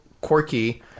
quirky